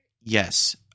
Yes